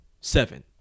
seven